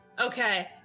Okay